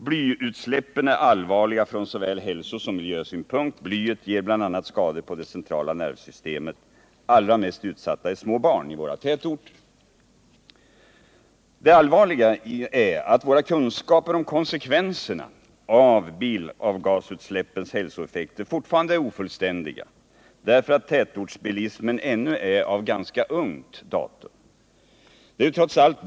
Blyutsläppen är allvarliga från såväl hälsosom miljösynpunkt. Blyet ger bl.a. skador på det centrala nervsystemet. Allra mest utsatta är små barn i våra tätorter. Det allvarliga är att våra kunskaper om konsekvenserna av bilavgasutsläppens hälsoeffekter fortfarande är ofullständiga, därför att tätortsbilismen ännu är av ganska ungt datum.